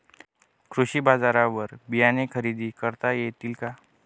कृषी बाजारवर बियाणे खरेदी करता येतील का?